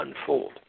unfold